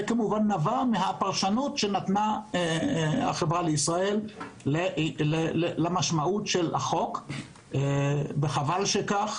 זה נבע מהפרשנות שנתנה החברה לישראל למשמעות של החוק וחבל שכך.